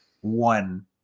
one